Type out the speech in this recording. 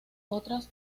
otras